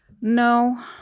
No